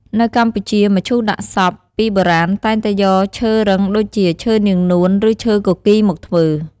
នៅកម្ពុជា មឈូសដាក់សព ពីបុរាណតែងតែយកឈើរឹងដូចជា ឈើនាងនួន ឬឈើគគីរ មកធ្វើ។